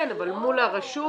כן, אבל מול הרשות?